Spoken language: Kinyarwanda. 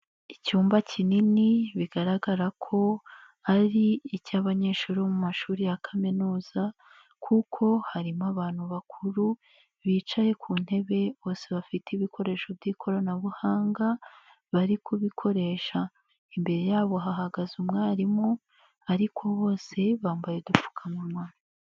Icyumba kinini bigaragara ko ari icy'abanyeshuri bo mu mashuri ya kaminuza kuko harimo abantu bakuru, bicaye ku ntebe bose bafite ibikoresho by'ikoranabuhanga bari kubikoresha. Imbere yabo hahagaze umwarimu ariko bose bambaye udupfukamunwa.